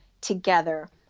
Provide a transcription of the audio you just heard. together